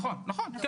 כן.